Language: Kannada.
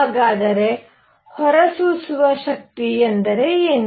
ಹಾಗಾದರೆ ಹೊರಸೂಸುವ ಶಕ್ತಿ ಎಂದರೇನು